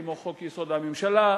כמו חוק-יסוד: הממשלה.